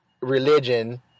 religion